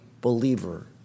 believer